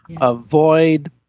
avoid